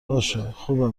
باشهخوبه